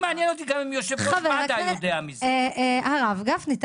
מעניין אותי לדעת אם גם יושב-ראש מד"א יודע מזה.